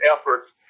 efforts